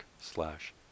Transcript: slash